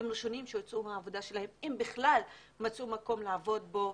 היא הראשונה שמוציאים אותה מהעבודה אם בכלל מצאו מקום לעבוד בו,